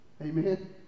Amen